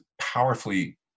powerfully